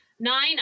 Nine